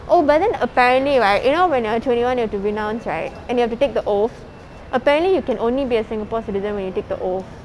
oh but then apparently right you know when you're twenty one you have to renounce right and you have to take the oath apparently you can only be a singapore citizen when you take the oath